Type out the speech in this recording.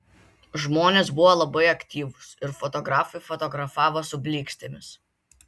žmonės buvo labai aktyvūs ir fotografai fotografavo su blykstėmis